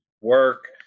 work